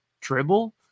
dribble